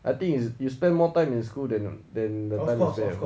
I think is you spend more time in school than than the time you stay at home